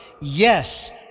Yes